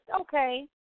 Okay